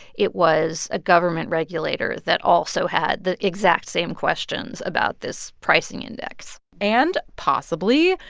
it was a government regulator that also had the exact same questions about this pricing index and, possibly,